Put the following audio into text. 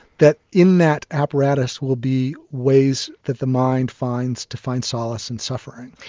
that in that apparatus will be ways that the mind finds to find solace in suffering.